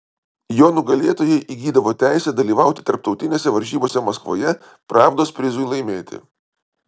jo nugalėtojai įgydavo teisę dalyvauti tarptautinėse varžybose maskvoje pravdos prizui laimėti